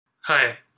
Hi